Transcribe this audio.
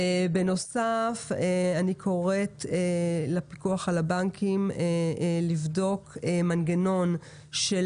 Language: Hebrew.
אני קוראת לפיקוח על הבנקים לבדוק מנגנון של